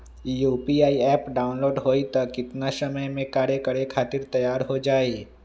UPI app download होई त कितना समय मे कार्य करे खातीर तैयार हो जाई?